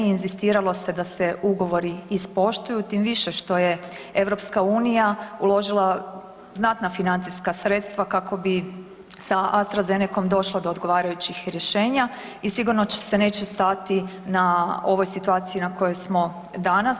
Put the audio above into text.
Inzistiralo se da se ugovori ispoštuju, tim više što je EU uložila znatna financijska sredstva kako bi sa AstraZenecom došla do odgovarajućih rješenja i sigurno se neće stati na ovoj situaciji na kojoj smo danas.